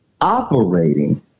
operating